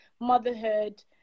motherhood